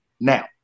now